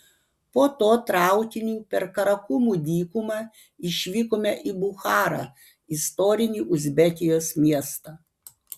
po to traukiniu per karakumų dykumą išvykome į bucharą istorinį uzbekijos miestą